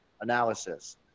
analysis